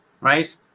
right